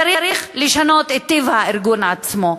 צריך לשנות את טיב הארגון עצמו.